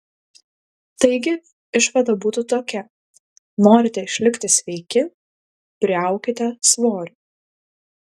taigi išvada būtų tokia norite išlikti sveiki priaukite svorio